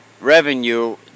revenue